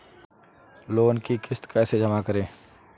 Loan की किश्त कैसे जमा करें?